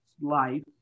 life